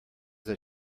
that